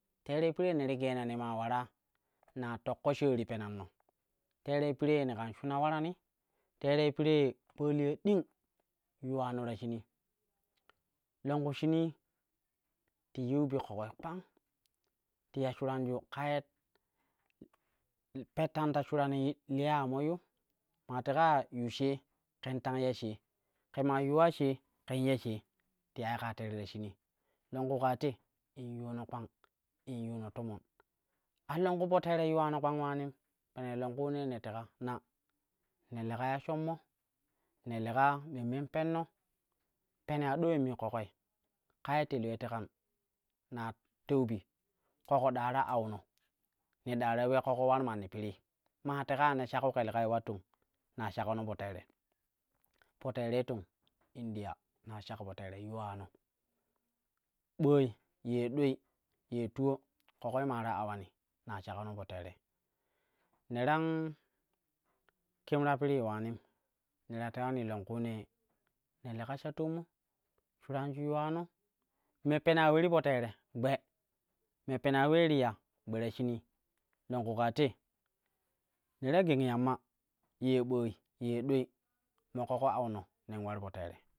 Terei piree ne ti geena ne maa ulara ne ta tokko shaari penanno, tere pire ne kan shuna ularani, tere piree kpaliya ding yuwano ta shinii longku shinii ti yiu bi ƙoƙoi kpang ti ya shuranju kaa ye pettan ta shurani liya ya mo yu, maa teka ya yu shee ken tang ya shee ke maa yuwa shee ken ya shee ti yai kaa tere ta shinii longku kaa te in yuno kpang in yuno tomon. A longku po tere yuwano kpang ularim penei longkunee te tuka na ne leka ya shommo, ne leka memmen penno pene adoulemmii ƙoƙoi kaaye telyoi tekan naa teu ɓi ƙoƙo ɗa ta auno ne ɗa ta ule ƙoƙo ular manni piri maa teka ya ne shakku ke lekai ular tong ne ta shakono po tere, po terei tong india na shak po tere yuwano ɓooi ye dwei, ye tuwo ƙoƙoi maa ta awanii ne ta shakono po tere neta kem ta pirii ulaanim ne ta tewani ne leka sha toom, shuranju yuwano me pena ulee ti po tera gbe me peno ulee ti ya gbe ta shinii longku kaate ne ta geng yamma ye ɓooi yee ɗulei mo ƙoƙo auno nen ular po tere.